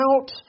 out